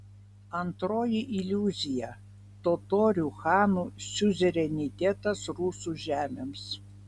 antroji iliuzija totorių chanų siuzerenitetas rusų žemėms